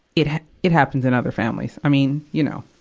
it it happens in other families. i mean, you know,